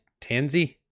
Tansy